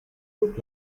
look